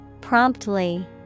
Promptly